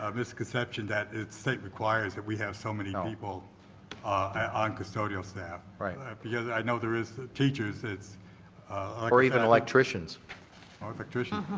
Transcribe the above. ah misconception that state requires that we have so many um people on custodial staff. because i know there is the teachers that's or even electricians? or electricians,